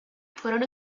fueron